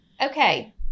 Okay